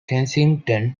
kensington